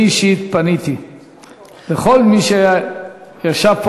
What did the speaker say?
אני אישית פניתי לכל מי שישב פה,